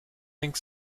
think